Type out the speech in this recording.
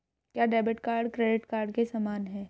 क्या debit card credit card के समान है?